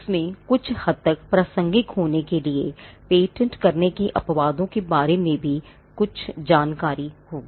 इसमें कुछ हद तक प्रासंगिक होने के लिए पेटेंट करने के अपवादों के बारे में भी कुछ जानकारी होगी